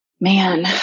Man